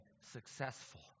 successful